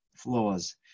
Flaws